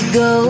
go